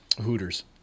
Hooters